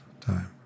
time